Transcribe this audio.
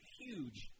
huge